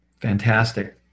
fantastic